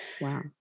Wow